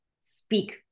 speak